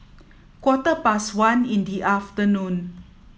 quarter past one in the afternoon